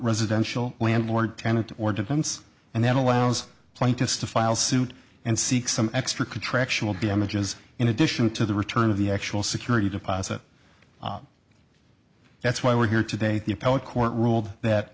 residential landlord tenant or defense and that allows plaintiffs to file suit and seek some extra contractual damages in addition to the return of the actual security deposit that's why we're here today the appellate court ruled that